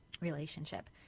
relationship